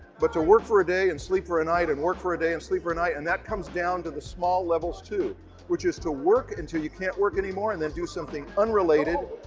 but to work for a day and sleep for a night and work for a day and sleep for a night. and that comes down to the small levels too which is to work until you can't work anymore and then do something unrelated,